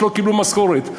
לא קיבלו משכורת,